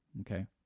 Okay